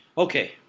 Okay